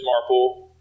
Marple